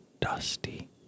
dusty